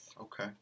Okay